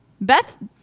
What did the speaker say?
Beth